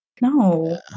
no